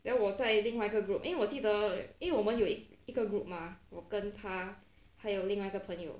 then 我在另外一个 group 因为我记得因为我们有一个 group mah 我跟他还有另外一个朋友